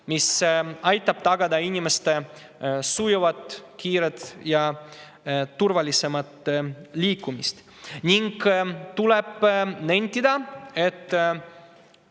mis aitab tagada inimeste sujuva, kiire ja turvalisema liikumise. Ning tuleb nentida, et